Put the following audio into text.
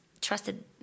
trusted